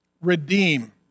redeem